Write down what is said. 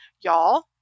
y'all